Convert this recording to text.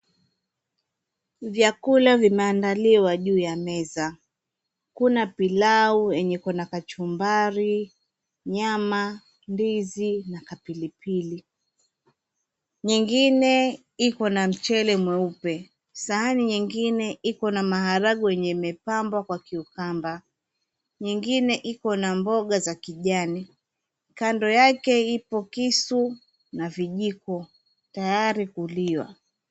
Vyakula vimeandaliwa juu ya meza. Kuna pilau yenye ikona kachumbari, nyama, ndizi na kapilipili. Nyingine ipo na mchele mweupe. Sahani nyingine ipo na maharagwe yenye imepambwa kwa cucumber. Nyingine ipo na mboga za kijani. Kando yake ipo kisu na vijiko tayari kuliwa.